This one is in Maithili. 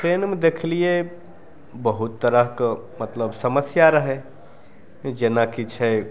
ट्रेनमे देखलिए बहुत तरहके मतलब समस्या रहै जेनाकि छै